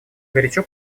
горячо